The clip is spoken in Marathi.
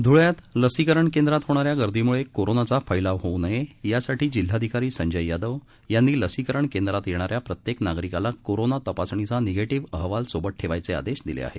धुळ्यात लसीकरण केंद्रात होणाऱ्या गर्दीमुळे कोरोनाचा फैलाव होऊ नये यासाठी जिल्हाधिकारी संजय यादव यांनी लसीकरण केंद्रात येणाऱ्या प्रत्येक नागरिकाला कोरोना तपासणीचा निगेटिव्ह अहवाल सोबत ठेवण्याचे आदेश दिले आहे